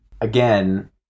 again